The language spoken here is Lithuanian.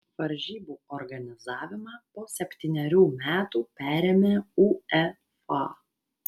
varžybų organizavimą po septynerių metų perėmė uefa